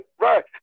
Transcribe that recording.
right